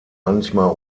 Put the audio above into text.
manchmal